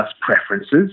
preferences